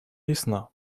ясна